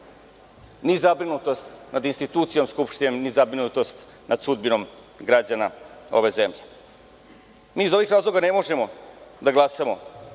ni zabrinutost nad institucijom Skupštine, ni zabrinutost nad sudbinom građana ove zemlje. Mi iz ovih razloga ne možemo da glasamo